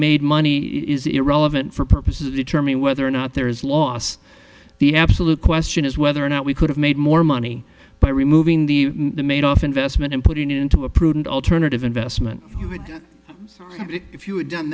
made money is irrelevant for purposes of determine whether or not there is loss the absolute question is whether or not we could have made more money by removing the made off investment and putting it into a prudent alternative investment if you would if you had done